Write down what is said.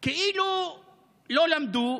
כאילו לא למדו,